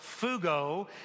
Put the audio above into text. fugo